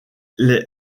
les